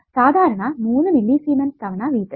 സാധാരണ 3 milli siemens തവണ V test